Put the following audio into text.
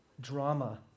drama